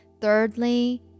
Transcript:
Thirdly